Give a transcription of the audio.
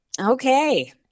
Okay